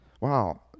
Wow